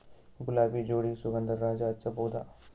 ಗುಲಾಬಿ ಜೋಡಿ ಸುಗಂಧರಾಜ ಹಚ್ಬಬಹುದ?